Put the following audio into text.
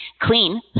clean